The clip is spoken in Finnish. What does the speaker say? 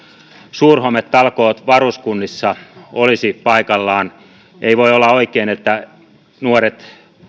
suurhometalkoot varuskunnissa olisivat paikallaan ei voi olla oikein että nuoret